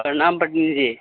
प्रणाम पंडी जी